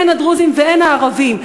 הן הדרוזיים והן הערביים.